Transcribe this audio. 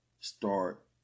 start